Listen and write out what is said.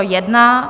1.